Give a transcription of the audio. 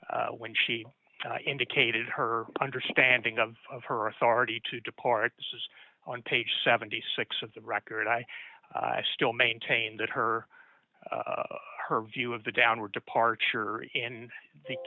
too when she indicated her understanding of her authority to depart this is on page seventy six of the record i still maintain that her her view of the downward departure in the